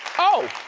oh,